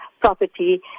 property